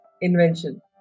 invention